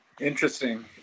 Interesting